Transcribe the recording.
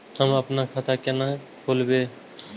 हम अपन खाता केना खोलैब?